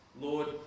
Lord